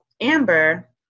Amber